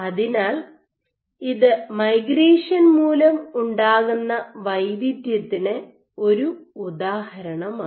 അതിനാൽ ഇത് മൈഗ്രേഷൻ മൂലം ഉണ്ടാകുന്ന വൈവിധ്യത്തിന് ഒരു ഉദാഹരണമാണ്